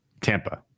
Tampa